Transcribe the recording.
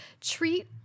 treat